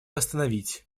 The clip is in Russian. остановить